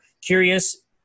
curious